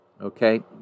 Okay